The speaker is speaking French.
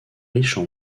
riches